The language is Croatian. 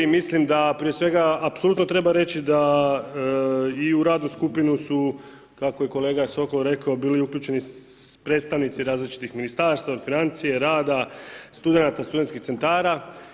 I mislim da prije svega apsolutno treba reći da i u radnu skupinu su kako je kolega Sokol rekao bili uključeni predstavnici različitih Ministarstva od financija, rada, studenata, studentskih centara.